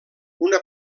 una